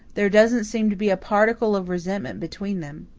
there doesn't seem to be a particle of resentment between them.